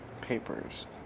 papers